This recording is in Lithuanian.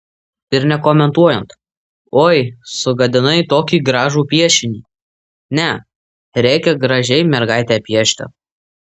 ir nekomentuojant oi sugadinai tokį gražų piešinį ne reikia gražiai mergaitę piešti